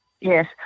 Yes